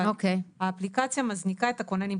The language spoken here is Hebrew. אבל האפליקציה מזניקה את הכוננים.